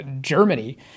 Germany